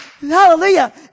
Hallelujah